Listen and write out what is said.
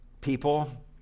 people